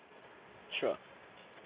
sure